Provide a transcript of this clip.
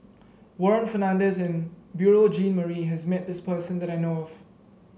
Warren Fernandez and Beurel Jean Marie has met this person that I know of